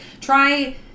try